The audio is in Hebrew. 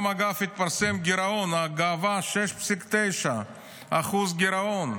גם, אגב, התפרסם גירעון, גאווה, 6.9% גירעון.